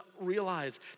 realize